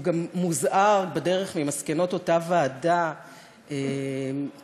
הוא גם מוזהר בדרך ממסקנות אותה ועדה תמוהה.